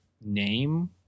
name